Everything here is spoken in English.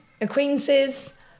acquaintances